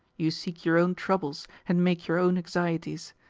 you seek your own troubles, and make your own anxieties.